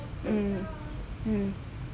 mm mm